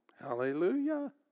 Hallelujah